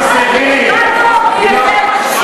היא יודעת מה זה